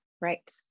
Right